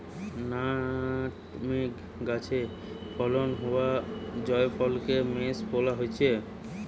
nutmeg গাছে ফলন হোয়া জায়ফলকে মেস বোলা হচ্ছে